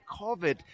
COVID